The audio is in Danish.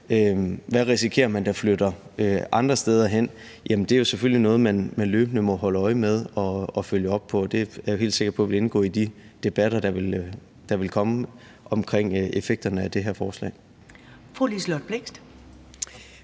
man risikerer flytter andre steder hen. Og det er selvfølgelig noget, man løbende må holde øje med og følge op på, og det er jeg helt sikker på vil indgå i de debatter, der vil komme, omkring effekterne af det her forslag.